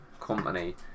Company